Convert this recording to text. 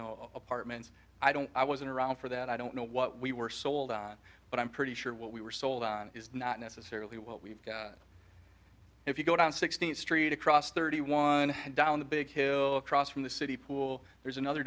know apartments i don't i wasn't around for that i don't know what we were sold on but i'm pretty sure what we were sold on is not necessarily what we've got if you go down sixteenth street across thirty one down the big hill across from the city pool there's another